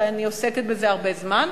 הרי אני עוסקת בזה כבר הרבה זמן,